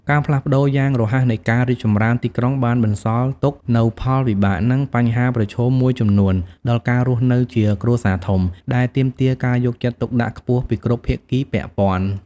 ការផ្លាស់ប្ដូរយ៉ាងរហ័សនៃការរីកចម្រើនទីក្រុង បានបន្សល់ទុកនូវផលវិបាក និងបញ្ហាប្រឈមមួយចំនួនដល់ការរស់នៅជាគ្រួសារធំ ដែលទាមទារការយកចិត្តទុកដាក់ខ្ពស់ពីគ្រប់ភាគីពាក់ព័ន្ធ៖